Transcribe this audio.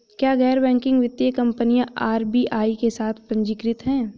क्या गैर बैंकिंग वित्तीय कंपनियां आर.बी.आई के साथ पंजीकृत हैं?